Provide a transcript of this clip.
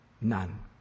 None